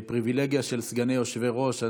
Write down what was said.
יש כאן פריבילגיה של סגני יושב-ראש.